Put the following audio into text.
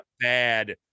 bad